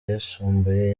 ayisumbuye